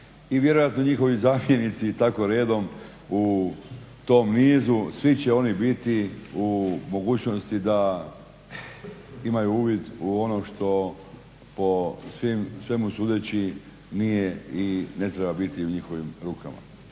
i vjerojatno njihovi zamjenici i tako redom u tom nizu. Svi će oni biti u mogućnosti da imaju uvid u ono što po svemu sudeći nije i ne treba biti u njihovim rukama.